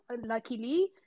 luckily